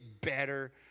better